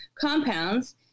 compounds